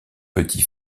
petit